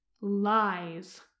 Lies